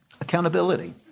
Accountability